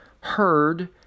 heard